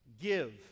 Give